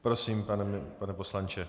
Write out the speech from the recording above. Prosím, pane poslanče.